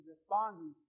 responding